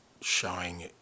showing